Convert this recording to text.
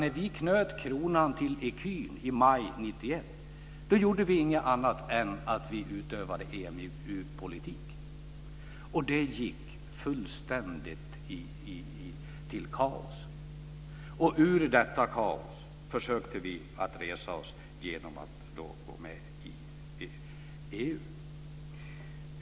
När vi knöt kronan till ecun i maj 1991 gjorde vi inget annat än utövade EMU-politik. Det gick till fullständigt kaos. Ur detta kaos försökte vi resa oss genom att gå med i EU.